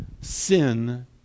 sin